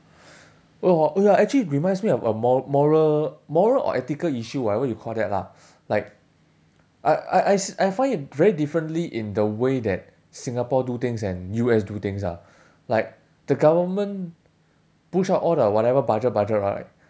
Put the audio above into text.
oh oh ya actually reminds me of a mo~ moral moral or ethical issue whatever you call that lah like I I s~ I find it very differently in the way that singapore do things and U_S do things ah like the government push out all the whatever budget budget right